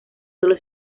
sólo